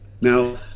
Now